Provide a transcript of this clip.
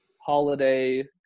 Holiday